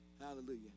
Hallelujah